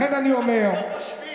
לכן אני אומר, אתם לא חושבים,